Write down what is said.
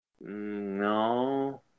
No